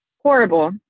Horrible